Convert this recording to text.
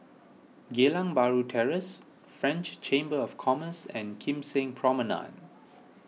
Geylang Bahru Terrace French Chamber of Commerce and Kim Seng Promenade